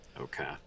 okay